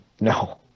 No